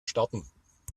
starten